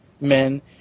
men